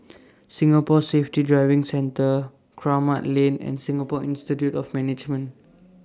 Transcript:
Singapore Safety Driving Centre Kramat Lane and Singapore Institute of Management